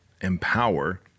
empower